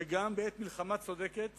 שגם בעת מלחמה צודקת